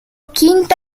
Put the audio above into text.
quinto